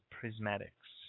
Prismatics